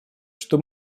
что